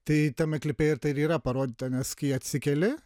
tai tame klipe ir tai yra parodyta nes kai atsikeli